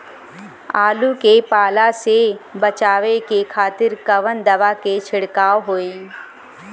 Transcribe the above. आलू के पाला से बचावे के खातिर कवन दवा के छिड़काव होई?